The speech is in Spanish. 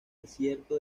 desierto